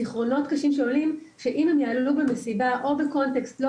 זיכרונות קשים שעולים שאם הם יעלו במסיבה או בקונטקסט לא